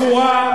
מסורה,